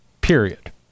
period